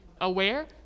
aware